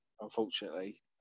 unfortunately